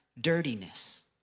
dirtiness